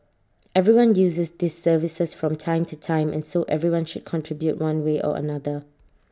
everyone uses these services from time to time and so everyone should contribute one way or another